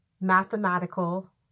mathematical